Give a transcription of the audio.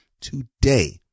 today